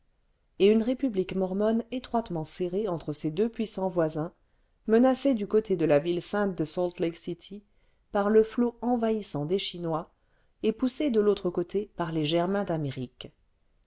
et une république rnornionne étroitement serrée entre ses deux puissants voisins menacée du côté de la ville sainte de salt lake city par le flot envahissant des chinois et poussée de l'autre côté par les germains d'amérique